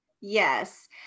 Yes